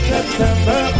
September